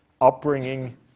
upbringing